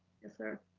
yes sir.